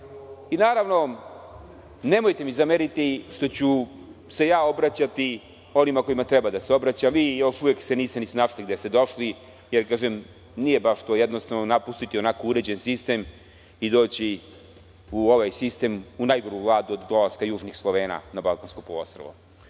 i naravno nemojte mi zameriti što ću se obraćati onima kojima treba da se obraćam. Vi se još uvek niste ni snašli gde ste došli, jer kažem, nije baš jednostavno napustiti onako uređen sistem i doći u ovaj sistem, u najgoru Vladu od dolaska južnih Slovena na Balkansko poluostrvo. Pored